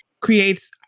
creates